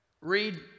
read